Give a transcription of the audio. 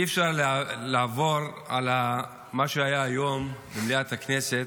אי-אפשר לעבור על מה שהיה היום במליאת הכנסת,